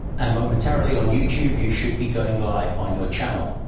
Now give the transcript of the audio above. and momentarily, on youtube, you should be going live on your channel.